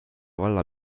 valla